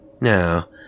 Now